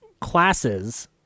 classes